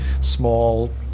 small